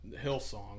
Hillsong